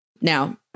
Now